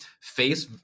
face